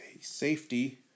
safety